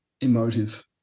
emotive